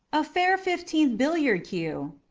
a fair fifteenth billiard-cue,